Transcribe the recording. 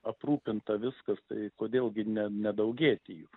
aprūpinta viskas tai kodėl gi ne ne daugėti jų